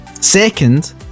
Second